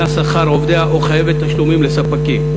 שכר עובדיה או חייבת תשלומים לספקים.